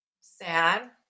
sad